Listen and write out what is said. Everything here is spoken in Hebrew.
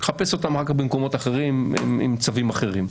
חפש אותם אחר כך במקומות אחרים עם כספים אחרים.